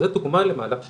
זה דוגמה למהלך שהצליח,